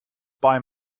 buy